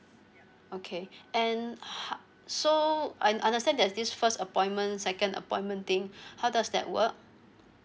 okay and how so I understand there's this first appointment second appointment thing how does that work